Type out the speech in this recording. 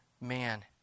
man